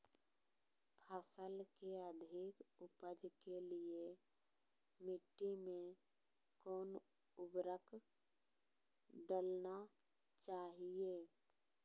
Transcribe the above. फसल के अधिक उपज के लिए मिट्टी मे कौन उर्वरक डलना चाइए?